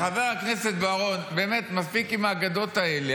חבר הכנסת בוארון, מספיק עם האגדות האלה.